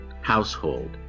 household